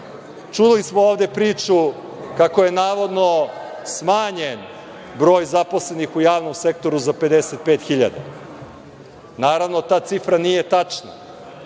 Čuli smo ovde priču kako je, navodno, smanjen broj zaposlenih u javnom sektoru za 55.000. Naravno, ta cifra nije tačna,